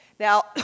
Now